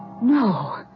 No